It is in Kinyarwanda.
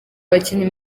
abakinnyi